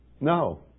No